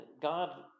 God